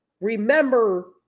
remember